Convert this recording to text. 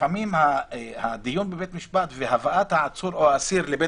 לפעמים הדיון בבית המשפט והבאת העצור או האסיר לבית